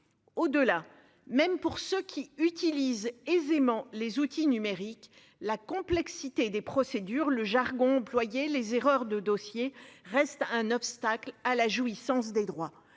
Au-delà, même pour ceux qui utilisent aisément les outils numériques, la complexité des procédures le jargon employé les erreurs de dossier reste un obstacle à la jouissance des droits.